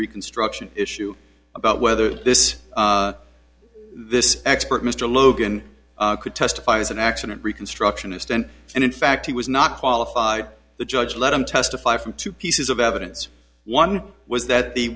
reconstruction issue about whether this this expert mr logan could testify was an accident reconstructionist and and in fact he was not qualified the judge let him testify from two pieces of evidence one was that the